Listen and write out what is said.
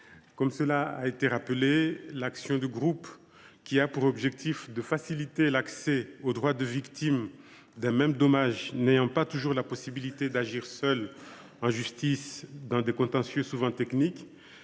comme cela a été rappelé, l’action de groupe, qui a pour objectif de faciliter l’accès au droit des victimes d’un même dommage n’ayant pas toujours la possibilité d’agir seules en justice dans des contentieux souvent techniques,